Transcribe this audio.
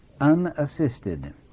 unassisted